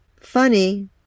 Funny